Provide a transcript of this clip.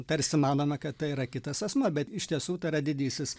tarsi manome kad tai yra kitas asmuo bet iš tiesų tai yra didysis